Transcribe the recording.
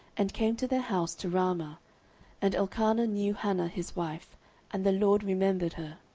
and came to their house to ramah and elkanah knew hannah his wife and the lord remembered her.